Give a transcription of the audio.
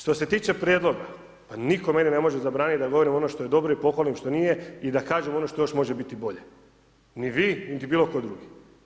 Što se tiče prijedloga, pa nitko meni ne može zabraniti da govorim ono što je dobro i pohvalim, što nije i da kažem ono što još može biti bolje niti vi, niti bilo tko drugi.